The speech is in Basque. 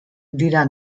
dira